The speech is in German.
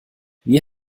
wie